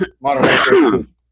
Modern